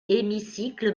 hémicycle